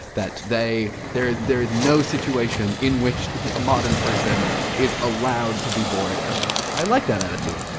that they there is there is no situation in which a modern person is allowed to be bored. and i just i like that attitude.